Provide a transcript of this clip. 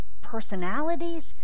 personalities